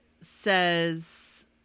says